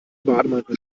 bademantel